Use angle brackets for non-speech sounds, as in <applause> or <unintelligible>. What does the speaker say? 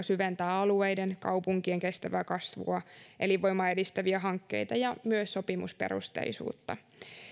<unintelligible> syventää alueiden ja kaupunkien kestävää kasvua elinvoimaa edistäviä hankkeita ja myös sopimusperusteisuutta